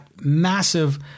massive